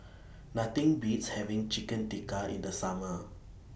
Nothing Beats having Chicken Tikka in The Summer